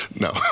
No